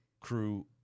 crew